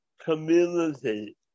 community